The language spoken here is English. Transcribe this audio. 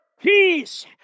Peace